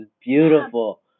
beautiful